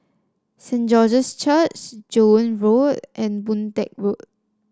Saint George's Church Joan Road and Boon Teck Road